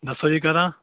ਦੱਸੋ ਜੀ ਕਾਹਦਾ